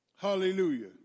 Hallelujah